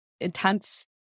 intense